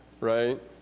right